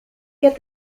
get